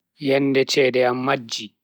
Yende chede am majji.